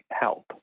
help